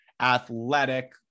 athletic